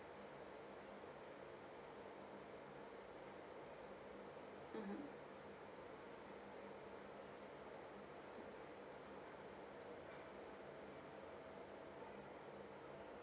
mmhmm